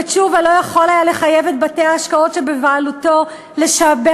ותשובה לא יכול היה לחייב את בתי-ההשקעות שבבעלותו לשעבד